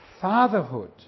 fatherhood